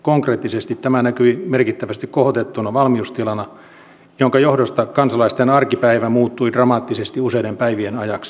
konkreettisesti tämä näkyi merkittävästi kohotettuna valmiustilana jonka johdosta kansalaisten arkipäivä muuttui dramaattisesti useiden päivien ajaksi